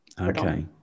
Okay